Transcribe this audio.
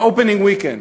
ב-opening weekend.